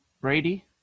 Brady